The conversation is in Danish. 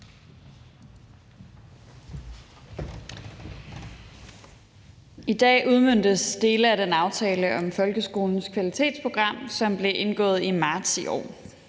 I dag udmøntes dele af den aftale om folkeskolens kvalitetsprogram, som blev indgået i marts i år.